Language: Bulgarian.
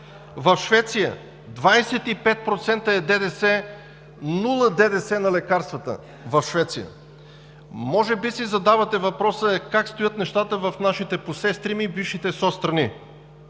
в Швеция – 25% е ДДС, нула ДДС на лекарствата е в Швеция. Може би си задавате въпроса: е как стоят нещата в нашите посестрими – бившите соцстрани?